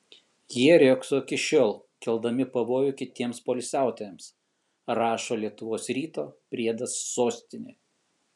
jie riogso iki šiol keldami pavojų kitiems poilsiautojams rašo lietuvos ryto priedas sostinė